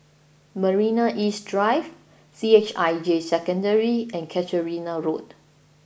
Marina East Drive C H I J Secondary and Casuarina Road